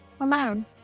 alone